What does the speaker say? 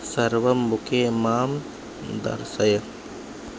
सर्वं मुखे मां दर्शय